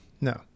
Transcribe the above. no